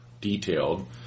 detailed